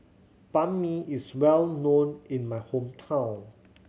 Banh Mi is well known in my hometown